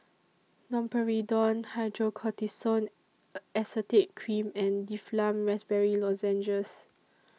Domperidone Hydrocortisone Acetate Cream and Difflam Raspberry Lozenges